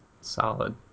Solid